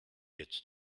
jetzt